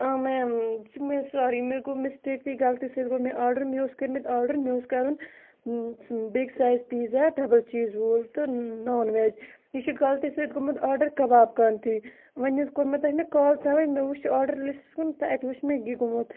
آ میٚم سارِی مےٚ گوٚو مِسٹیکٕلی غلطی سٍتۍ گوٚو مےٚآرڈَر مےٚ اوس کوٚرمت آرڈَر مےٚ اوس کَرُن big size pizza double cheese وول تہٕ نان وِیج یہِ چھُ غلطی سٍتۍ گوٚمُت آرڈَر کَبابہٕ کٲنتی وۅنۍ حظ کوٚر مےٚ کال تَوَے مےٚ وُچھ آرڈَر لِسٹَس کُن تہٕ اَتہِ وُچھ مےٚ یہِ گوٚمُت